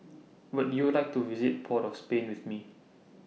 Would YOU like to visit Port of Spain with Me